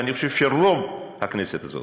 ואני חושב שרוב הכנסת הזאת,